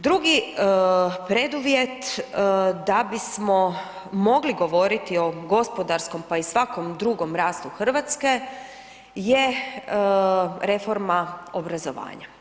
Drugi preduvjet da bismo mogli govoriti o gospodarskom, pa i svakom drugom rastu Hrvatske je reforma obrazovanja.